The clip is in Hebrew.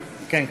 כן,